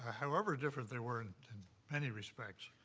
however different they were in many respects,